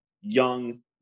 young